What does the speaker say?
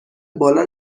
بالا